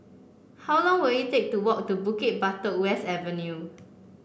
how long will it take to walk to Bukit Batok West Avenue